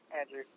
Andrew